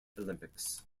olympics